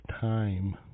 time